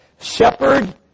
Shepherd